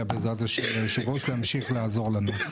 בעזרת השם ליושב-ראש להמשיך לעזור לנו.